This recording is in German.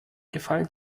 gefallen